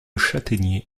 châtaigniers